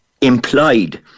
implied